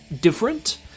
different